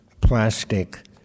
plastic